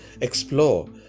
explore